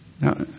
now